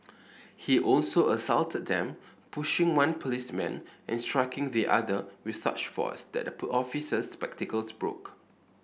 he also assaulted them pushing one policeman and striking the other with such force that the poor officer's spectacles broke